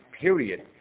period